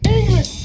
English